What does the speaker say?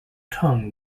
tongue